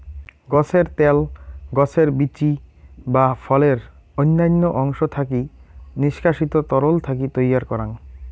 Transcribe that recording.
গছের ত্যাল, গছের বীচি বা ফলের অইন্যান্য অংশ থাকি নিষ্কাশিত তরল থাকি তৈয়ার করাং